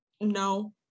No